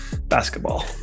basketball